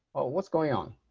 what's going on?